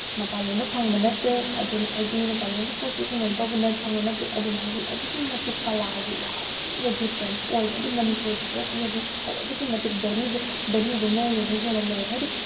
ꯃꯄꯥꯜꯂꯣꯝꯗ ꯐꯪꯕ ꯅꯠꯇꯦ ꯑꯗꯨꯅ ꯍꯥꯏꯗꯤ ꯃꯄꯥꯜꯂꯣꯝꯒꯤ ꯄꯣꯠꯁꯨ ꯑꯩꯈꯣꯏꯅ ꯀꯩꯅꯣ ꯐꯪꯕ ꯅꯠꯇꯦ ꯑꯗꯨꯅ ꯍꯥꯏꯗꯤ ꯑꯗꯨꯛꯀꯤ ꯃꯇꯤꯛ ꯀꯂꯥꯁꯦ ꯌꯥꯝ ꯊꯤꯅ ꯗꯤꯐ꯭ꯔꯦꯟꯁ ꯑꯣꯏꯕ ꯑꯗꯨ ꯃꯅꯤꯄꯨꯔꯒꯤ ꯄꯣꯠꯁꯤꯅꯗꯤ ꯍꯥꯏꯗꯤ ꯑꯗꯨꯛꯀꯤ ꯃꯇꯤꯛ ꯚꯦꯂꯨꯁꯦ ꯚꯦꯂꯨꯁꯦ ꯃꯣꯏꯅꯗꯤ ꯍꯦꯟꯅ ꯂꯩꯑꯦꯕ ꯍꯥꯏꯗꯤ